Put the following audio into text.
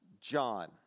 John